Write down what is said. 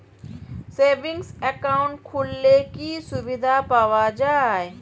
Savings account খুললে কি সুবিধা পাওয়া যায়?